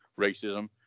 racism